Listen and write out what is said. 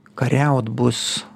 kariaut bus